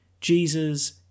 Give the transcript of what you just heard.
Jesus